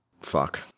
Fuck